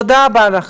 תודה רבה לך,